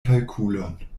kalkulon